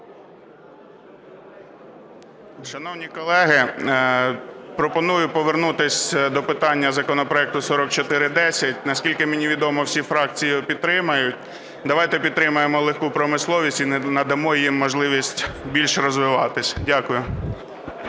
Шановні колеги, пропоную повернутися до питання законопроекту 4410. Наскільки мені відомо, всі фракції його підтримають. Давайте підтримаємо легку промисловість і надамо їй можливість більш розвиватися. Дякую.